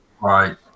Right